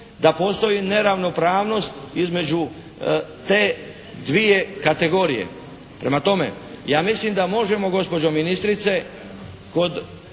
da postoji neravnopravnost između te dvije kategorije. Prema tome ja mislim da možemo gospođo ministrice